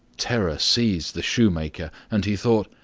terror seized the shoemaker, and he thought,